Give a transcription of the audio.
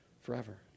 forever